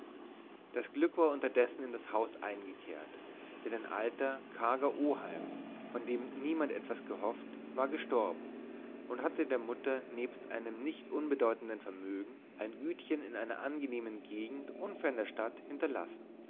das glück war unterdessen in das haus eingekehrt denn ein alter karger oheim von dem niemand etwas gehofft war gestorben und hatte der mutter nebst einem nicht unbedeutenden vermögen ein gütchen in einer angenehmen gegend unfern der stadt hinterlassen